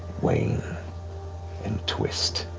wane and twist.